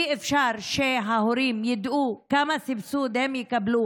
אי-אפשר שההורים ידעו כמה סבסוד הם יקבלו